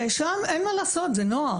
שם, אין מה לעשות זהו נוער.